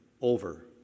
over